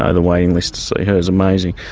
ah the waiting list to see her is amazing.